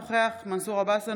אינו נוכח מנסור עבאס,